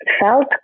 felt